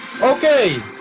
Okay